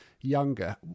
younger